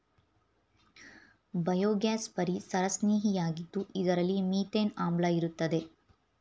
biogas ಪರಿಸರಸ್ನೇಹಿಯಾಗಿದ್ದು ಇದರಲ್ಲಿ methane ಆಮ್ಲ ಇರುತ್ತದೆ